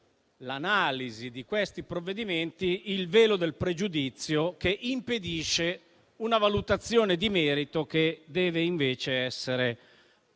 l'analisi di questi provvedimenti vi sia il velo del pregiudizio, che impedisce una valutazione di merito che invece, per